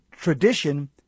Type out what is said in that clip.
Tradition